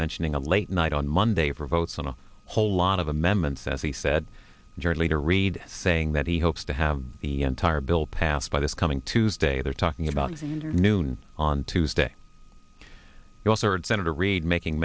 mentioning a late night on monday for votes on a whole lot of amendments as he said during leader reid saying that he hopes to have the tire bill passed by this coming tuesday they're talking about noon on tuesday you also heard senator reid making